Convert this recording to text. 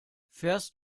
fährst